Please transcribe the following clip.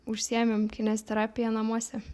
užsiėmėm kineziterapija namuose